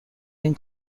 این